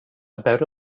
about